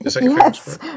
Yes